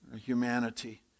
humanity